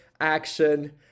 action